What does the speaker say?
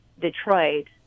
Detroit